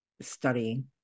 studying